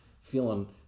feeling